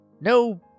no